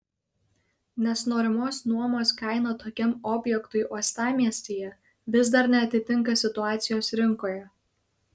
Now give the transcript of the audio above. nes norimos nuomos kaina tokiam objektui uostamiestyje vis dar neatitinka situacijos rinkoje